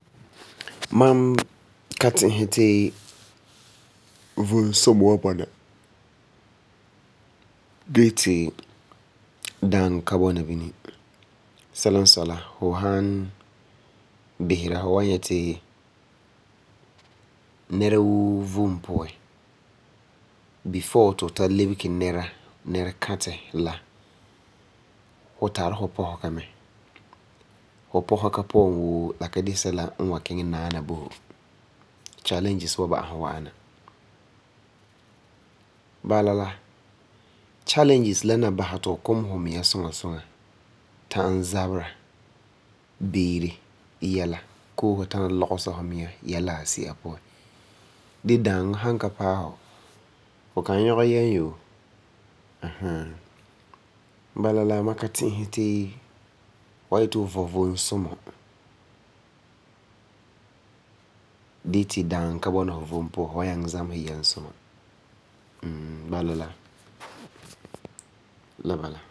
Mam ka ti'isɛ ti vom sumɔ wa bɔna gee ti daaŋɔ ka bɔna bini. Sɛla n sɔi la, fu han bisera fu wa nyɛ ti nɛra woo vom puan, before ti fu ta lebege nɛra, nɛrekatɛ la du tari fu pɔsega mɛ. Challenges la ni basɛ ti fu kumese fu miŋa suŋa suŋa ta'am zabera beere yɛla koo fu tana lɔgesa fu miŋa yɛla asi'a puan. Dee daaŋɔ san ka paɛ fu, fu kan yɔge yɛm yoo, aahaa. Bala la ma ka ti'isɛ ti, fu wa yeti fu vom vom sumɔ dee ti daaŋɔ ka bɔna fu vom puan fu wa nyaŋɛ zamesɛ yɛm sumɔ. bala, la bala.